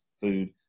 food